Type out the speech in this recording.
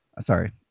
sorry